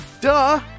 Duh